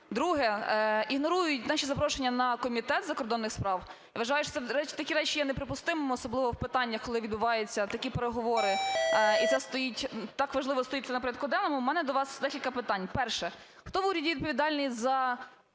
Друге. Ігнорують наші запрошення на Комітет закордонних справ. Я вважаю, що такі речі є неприпустимими, особливо в питаннях, коли відбуваються такі переговори, і це стоїть, так важливо стоїть це на порядку денному. В мене до вас декілька питань. Перше. Хто в уряді відповідальний за